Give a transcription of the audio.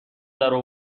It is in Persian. درو